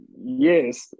Yes